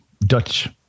dutch